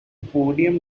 podium